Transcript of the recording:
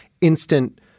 instant